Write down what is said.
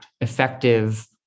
effective